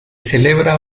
celebra